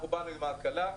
אנחנו באנו עם ההקלה,